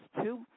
two